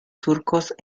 surcos